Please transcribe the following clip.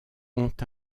ont